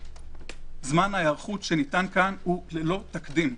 זמן ההיערכות שניתן פה הוא ללא תקדים.